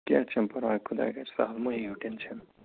کیٚنٛہہ چھُنہٕ پرواے خُداے کَرِ سہل مہٕ ہیٚیِو ٹٮ۪نشَن